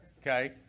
Okay